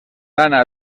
lana